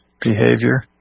behavior